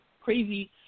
crazy